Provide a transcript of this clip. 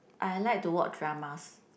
I like to watch dramas